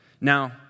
Now